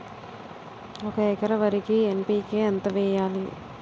ఒక ఎకర వరికి ఎన్.పి.కే ఎంత వేయాలి?